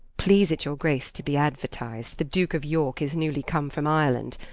please it your grace to be aduertised, the duke of yorke is newly come from ireland,